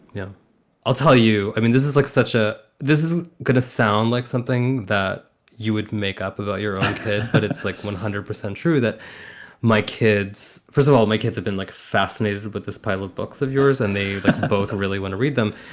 yeah i'll tell you, i mean, this is like such a this is going to sound like something that you would make up of ah your own. but it's like one hundred percent true that my kids, first of all, make kids have been like fascinated with this pile of books of yours and they both really want to read them.